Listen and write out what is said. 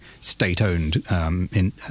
state-owned